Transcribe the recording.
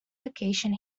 location